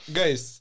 guys